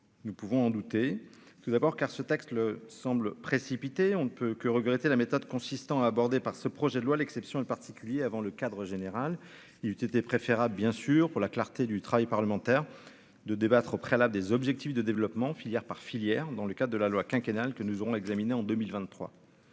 nous pouvons en douter tout d'abord, car ce texte le semble précipiter, on ne peut que regretter la méthode consistant à aborder par ce projet de loi l'exception particulier avant le cadre général, il eut été préférable, bien sûr, pour la clarté du travail parlementaire, de débattre au préalable des objectifs de développement, filière par filière, dans le cas de la loi quinquennale que nous aurons examiné en 2023